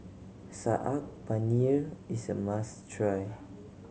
Saag Paneer is a must try